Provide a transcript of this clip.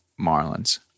Marlins